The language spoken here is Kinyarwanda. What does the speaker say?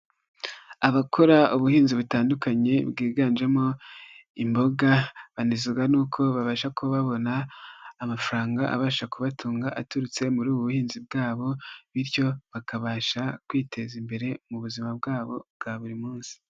Abakora ubuhinzi butandukanye bwiganjemo imboga banezezwa nuko babasha kuba babona amafaranga abasha kubatunga aturutse muri ubu buhinzi bwabo bityo bakabasha kwiteza imbere mu buzima bwabo bwa buri munsi.